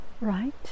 right